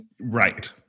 right